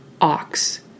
Ox